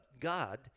God